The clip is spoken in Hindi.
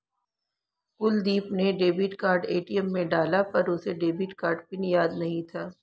कुलदीप ने डेबिट कार्ड ए.टी.एम में डाला पर उसे डेबिट कार्ड पिन याद नहीं था